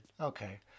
Okay